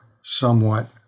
somewhat